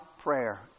prayer